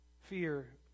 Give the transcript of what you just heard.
fear